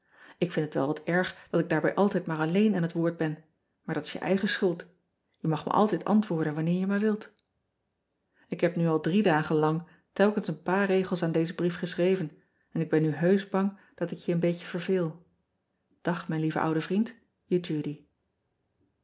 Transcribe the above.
k vind het wel wat erg dat ik daarbij altijd maar alleen aan het woord ben maar dat is je eigen schuld e mag me altijd antwoorden wanneer je maar wilt ean ebster adertje angbeen k heb nu al drie dagen lang telkens een paar regels aan dezen brief geschreven en ik ben nu heusch bang dat ik je een beetje verveel ag mijn lieve oude